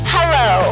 Hello